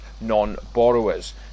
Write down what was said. non-borrowers